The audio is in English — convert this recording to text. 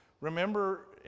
remember